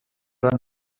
run